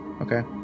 Okay